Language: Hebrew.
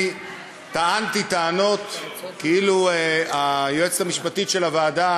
טענתי טענות כאילו היועצת המשפטית של הוועדה